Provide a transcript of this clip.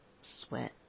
sweat